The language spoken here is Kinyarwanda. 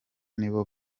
nibo